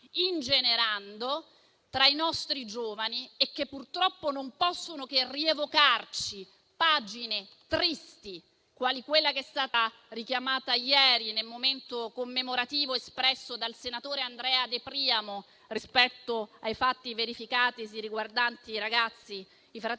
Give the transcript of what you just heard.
ingenerando tra i nostri giovani e che, purtroppo, non può che rievocarci pagine tristi, quale quella che è stata richiamata ieri nel momento commemorativo dal senatore Andrea De Priamo, rispetto ai fatti verificatisi nei confronti dei fratelli